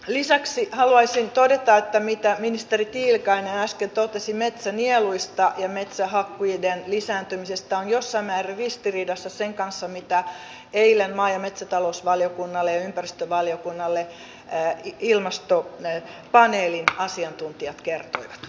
lisäksi haluaisin todeta että se mitä ministeri tiilikainen äsken totesi metsänieluista ja metsähakkuiden lisääntymisestä on jossain määrin ristiriidassa sen kanssa mitä eilen maa ja metsätalousvaliokunnalle ja ympäristövaliokunnalle ilmastopaneelin asiantuntijat kertoivat